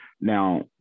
Now